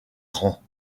grands